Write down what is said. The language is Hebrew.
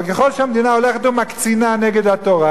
אבל ככל שהמדינה הולכת מקצינה נגד התורה